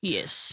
Yes